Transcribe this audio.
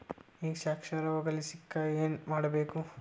ಈ ಕ್ಷಾರ ಹೋಗಸಲಿಕ್ಕ ಏನ ಮಾಡಬೇಕು?